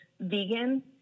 vegan